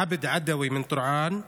עבד עדוי מטורעאן,